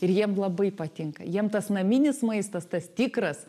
ir jiem labai patinka jiem tas naminis maistas tas tikras